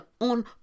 on